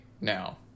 now